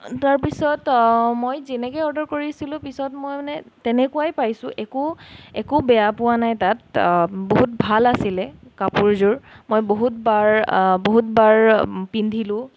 তাৰপিছত মই যেনেকৈ অৰ্ডাৰ কৰিছিলোঁ পিছত মই মানে তেনেকুৱাই পাইছোঁ একো একো বেয়া পোৱা নাই তাত বহুত ভাল আছিলে কাপোৰযোৰ মই বহুতবাৰ বহুতবাৰ পিন্ধিলোঁ